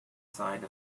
side